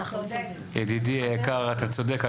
ידידי היקר אתה צודק,